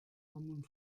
und